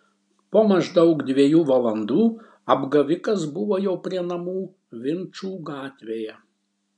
po maždaug dviejų valandų apgavikas buvo jau prie namų vinčų gatvėje